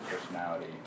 personality